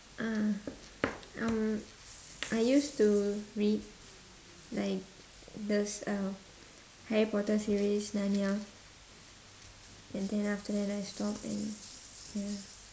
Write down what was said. uh um I used to read like those uh Harry Potter series Narnia and then after that I stopped and ya